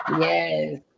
yes